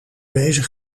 bezig